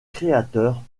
créateurs